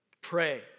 Pray